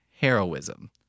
heroism